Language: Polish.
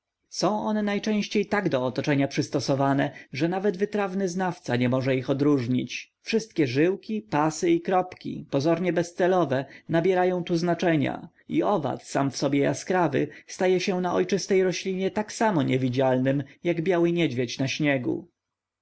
są one najczęściej tak do otoczenia przystosowane że nawet wytrawny znawca nie może ich odróżnić wszystkie żyłki pasy i kropki pozornie bezcelowe nabierają tu znaczenia i owad sam w sobie jaskrawy staje się na ojczystej roślinie tak samo niewidzialnym jak biały niedźwiedź na śniegu